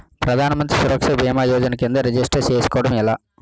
ప్రధాన మంత్రి సురక్ష భీమా యోజన కిందా రిజిస్టర్ చేసుకోవటం ఎలా?